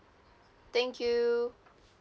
thank you